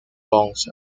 ponce